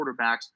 quarterbacks